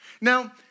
Now